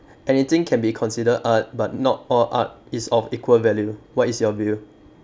anything can be considered art but not all art is of equal value what is your view